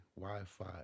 Wi-Fi